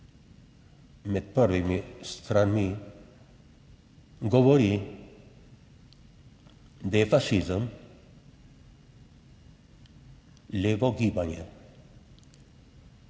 med prvimi stranmi govori, da je fašizem levo gibanje.